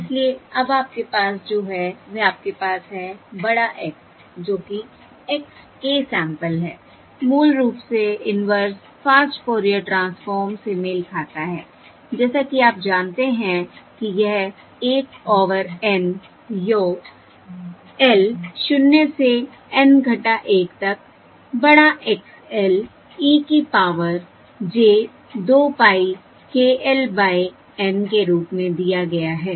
इसलिए अब आपके पास जो है वह आपके पास है बड़ा X जो कि X k सैंपल है मूल रूप से इनवर्स फास्ट फोरियर ट्रांसफॉर्म से मेल खाता है जैसा कि आप जानते हैं कि यह 1 ओवर N योग l शून्य से N - 1 तक बड़ा X l e की power j 2 pie k l by N के रूप में दिया गया है